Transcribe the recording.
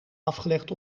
afgelegd